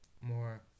more